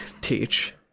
teach